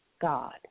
God